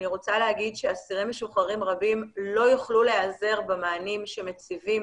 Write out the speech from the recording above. אני רוצה להגיד שאסירים משוחררים רבים לא יוכלו להיעזר במענים שמציבים